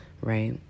right